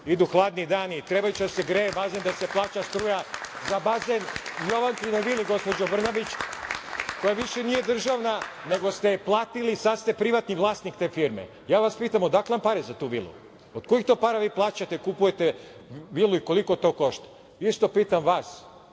idu hladni dani, trebaće da se greje bazen, da se plaća struja za bazen u Jovankinoj vili, gospođo Brnabić, koja više nije državna, nego ste je platili i sada ste privatni vlasnik te vile. Ja vas pitam - odakle vam pare za tu vilu? Od kojih to para vi plaćate, kupujete vilu i koliko to košta? Isto pitam vas